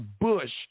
bush